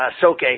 Soke